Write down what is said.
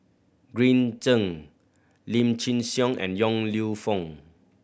Green Zeng Lim Chin Siong and Yong Lew Foong